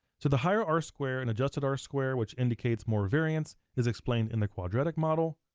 so the higher r square and adjusted r square, which indicates more variance, is explained in the quadratic model.